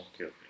okay